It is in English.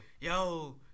yo